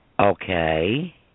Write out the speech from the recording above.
Okay